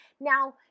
Now